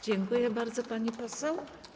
Dziękuję bardzo, pani poseł.